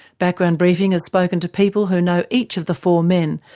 background briefing has spoken to people who know each of the four men,